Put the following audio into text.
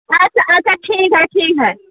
अच्छा अच्छा ठीक हइ ठीक हइ